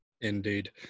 Indeed